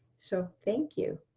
so thank you.